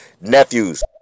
nephews